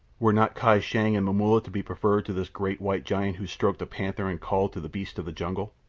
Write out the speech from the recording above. were not kai shang and momulla to be preferred to this great white giant who stroked a panther and called to the beasts of the jungle?